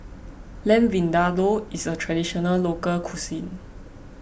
Lamb Vindaloo is a Traditional Local Cuisine